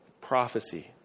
Prophecy